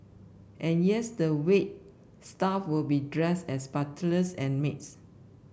and years the wait staff will be dressed as butlers and maids